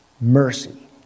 mercy